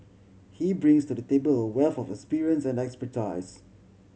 he brings to the table a wealth of experience and expertise